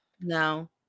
no